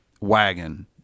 wagon